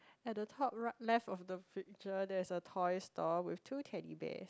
at the top right left of the picture there's a toys store with two Teddy Bears